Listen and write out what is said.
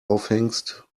aufhängst